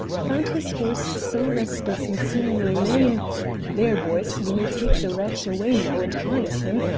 found his horse so restless and seemingly lame there, boys, you may take the wretch away now and harness him,